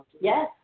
Yes